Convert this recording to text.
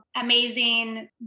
amazing